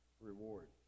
Reward